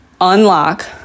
unlock